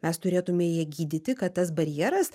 mes turėtume ją gydyti kad tas barjeras